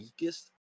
weakest